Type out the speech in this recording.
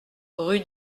rue